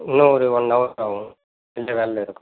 இன்னும் ஒரு one hour ஆகும் இந்த வேலை